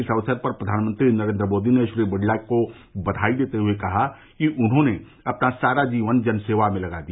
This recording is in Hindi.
इस अक्सर पर प्रधानमंत्री नरेन्द्र मोदी ने श्री बिड़ला को बयाई देते हुए कहा कि उन्होंने अपना सारा जीवन जन सेवा में लगा दिया